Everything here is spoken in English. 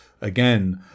again